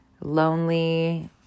lonely